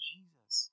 Jesus